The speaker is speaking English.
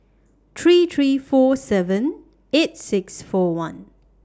three three four seven eight six four one